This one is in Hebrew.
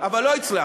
אבל לא הצלחת.